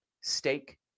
steak